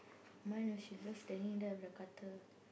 mine no she's just standing there with the cutter